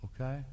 okay